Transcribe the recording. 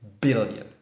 billion